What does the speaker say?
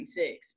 1996